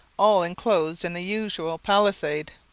all enclosed in the usual palisade.